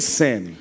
sin